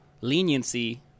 leniency